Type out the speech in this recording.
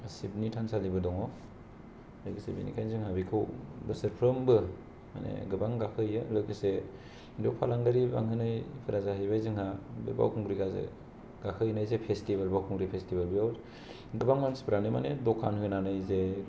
शिब नि थानसालिबो दङ लोगोसे बे निखायनो जोंहा बेखौ बोसोर फ्रोमबो माने गोबां गाखो हैयो लोगोसे बाव फालांगिरि बां होनाय फोरा जाहैबाय जोंहा बे बावखुंग्रि हाजो गाखो हैनाय जे फेसतिभेल बावखुंग्रि फेसतिभेल बाव गोबां मानसि फोरानो माने दखान होनानै जे